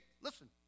listen